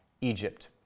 Egypt